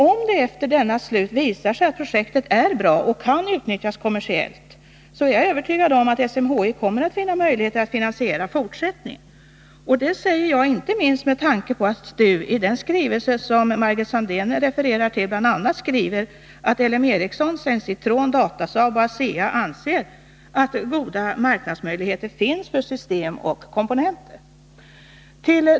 Om det efter dennas slut visar sig att projektet är bra och kan utnyttjas kommersiellt, är jag övertygad om att SMHI kommer att finna möjligheter att finansiera fortsättningen. Det säger jag inte minst med tanke på att STU i den skrivelse som Margit Sandéhn refererar till bl.a. skriver att LM Ericsson, Sensitrone, Datasaab och ASEA anser att goda marknadsmöjligheter finns för system och komponenter.